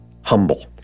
humble